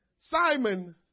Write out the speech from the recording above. Simon